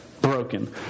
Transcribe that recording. broken